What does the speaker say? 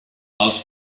els